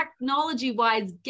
technology-wise